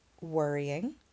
Worrying